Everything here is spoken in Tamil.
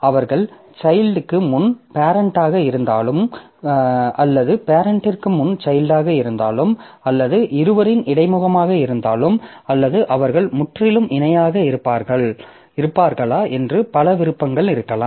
அவர்கள் சைல்ட்க்கு முன் பேரெண்ட்டாக இருந்தாலும் அல்லது பேரெண்ட்டிற்கு முன் சைல்ட் ஆக இருந்தாலும் அல்லது இருவரின் இடைமுகமாக இருந்தாலும் அல்லது அவர்கள் முற்றிலும் இணையாக இருப்பார்களா என்று பல விருப்பங்கள் இருக்கலாம்